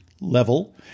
level